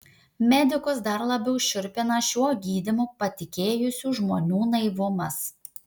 medikus dar labiau šiurpina šiuo gydymu patikėjusių žmonių naivumas